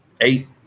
eight